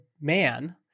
man